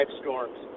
storms